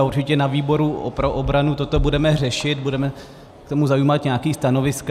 Určitě ve výboru pro obranu to budeme řešit, budeme k tomu zaujímat nějaká stanoviska.